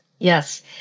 Yes